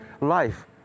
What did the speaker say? life